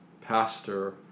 pastor